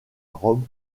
rome